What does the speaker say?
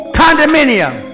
condominium